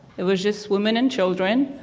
it was just women and children.